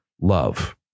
love